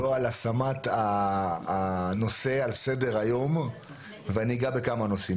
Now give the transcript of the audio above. לא על השמת הנושא על סדר היום ואני אגע בכמה נושאים.